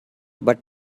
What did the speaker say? but